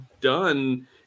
done